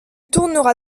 tournera